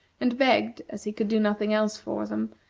and begged, as he could do nothing else for them,